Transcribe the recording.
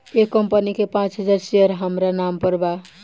एह कंपनी के पांच हजार शेयर हामरा नाम पर बा